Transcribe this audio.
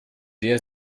der